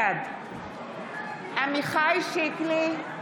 בעד עמיחי שיקלי,